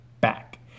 back